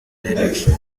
direction